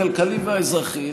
הכלכלי והאזרחי,